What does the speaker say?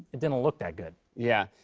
it didn't look that good. yeah.